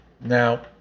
Now